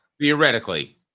Theoretically